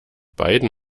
beiden